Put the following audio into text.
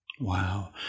Wow